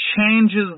changes